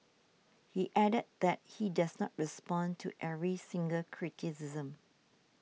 he added that he does not respond to every single criticism